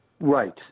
Right